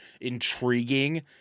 intriguing